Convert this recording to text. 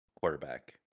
quarterback